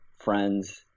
friends